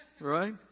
right